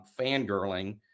fangirling